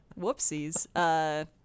whoopsies